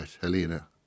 Helena